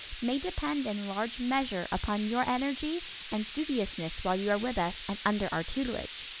may depend in large measure upon your energy and studiousness while you are with us and under our tutelage.